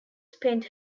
spent